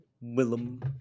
Willem